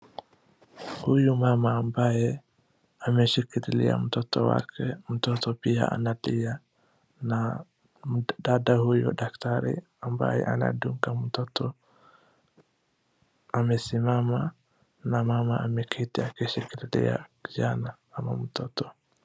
Huyu mama ambaye ameshikilia mtoto wake, mtoto pia analia na dada huyu daktari, ambaye anadunga mtoto amesimama, na mama ameketi akishikilia kijana ama mtoto.